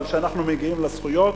אבל כשאנחנו מגיעים לזכויות,